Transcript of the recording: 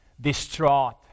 distraught